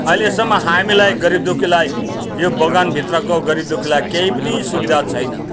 अहिलेसम्म हामीलाई गरिब दुःखीलाई यो बगानभित्रको गरिब दुःखीलाई केही पनि सुविधा छैन